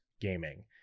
gaming